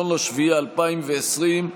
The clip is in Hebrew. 1 ביולי 2020,